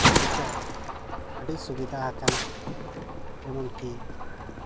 ᱱᱤᱛᱚᱜ ᱟᱹᱰᱤ ᱥᱩᱵᱤᱫᱟ ᱟᱠᱟᱱᱟ ᱡᱮᱢᱚᱱ ᱠᱤ